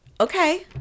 okay